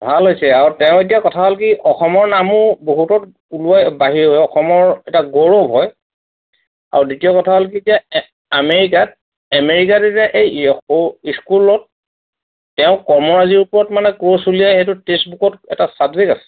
ভাল হৈছে আৰু তেওঁ এতিয়া কথা হ'ল কি অসমৰ নামো বহুতত বাহিৰৰ অসমৰ এটা গৌৰৱ হয় আৰু দ্বিতীয় কথা হ'ল কি যে এ আমেৰিকাত এমেৰিকাত এতিয়া যে এই স্কুলত তেওঁৰ কৰ্মৰাজীৰ ওপৰত মানে ক'ৰ্চ ওলিয়াই সেইটো টেক্সটবুকত এটা চাব্জেক্ট আছে